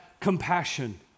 compassion